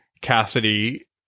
Cassidy